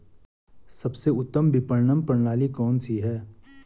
सबसे उत्तम विपणन प्रणाली कौन सी है?